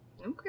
Okay